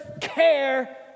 care